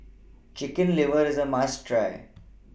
Chicken Liver IS A must Try